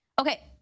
okay